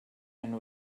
and